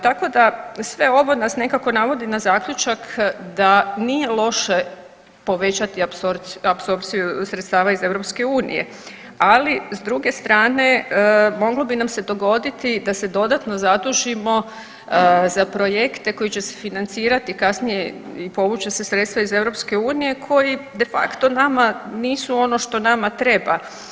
Tako da sve ovo nas nekako navodi na zaključak da nije loše povećati apsorpciju sredstava iz EU, ali s druge strane moglo bi nam se dogoditi da se dodatno zadužimo za projekte koji će se financirati kasnije i povući će se sredstva iz EU koji de facto nama nisu ono što nama treba.